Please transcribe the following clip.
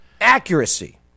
accuracy